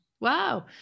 wow